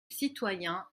citoyen